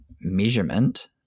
measurement